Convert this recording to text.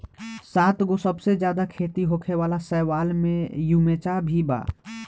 सातगो सबसे ज्यादा खेती होखे वाला शैवाल में युचेमा भी बा